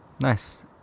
nice